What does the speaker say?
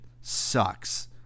sucks